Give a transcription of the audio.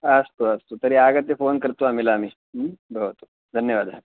अस्तु अस्तु तर्हि आगत्य फ़ोन् कृत्वा मिलामि भवतु धन्यवादः